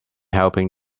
helping